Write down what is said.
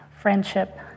friendship